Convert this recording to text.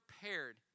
prepared